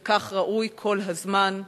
וכך ראוי כל הזמן,